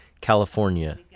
California